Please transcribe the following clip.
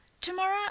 Tomorrow